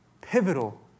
pivotal